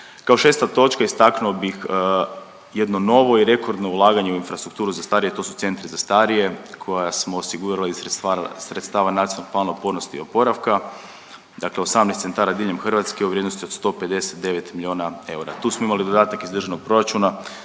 Kao 6. točka istaknuo bih jedno novo i rekordno ulaganje u infrastrukturu za starije, a to su centri za starije koja smo osigurali iz sredstava NPOO-a, dakle 18 centara diljem Hrvatske u vrijednosti od 159 milijuna eura. Tu smo imali dodatak iz Državnog proračuna